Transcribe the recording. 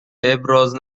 ابراز